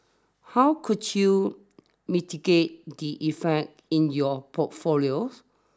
how could you mitigate the effect in your portfolios